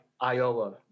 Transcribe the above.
iowa